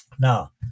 Now